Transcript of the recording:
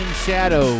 Shadow